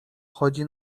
chodzi